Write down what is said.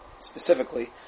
specifically